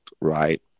right